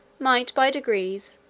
might, by degrees,